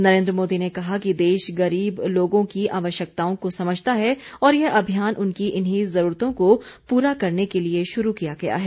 नरेन्द्र मोदी ने कहा कि देश गरीब लोगों की आवश्यकताओं को समझता है और यह अभियान उनकी इन्हीं जरूरतों को पूरा करने के लिए शुरू किया गया है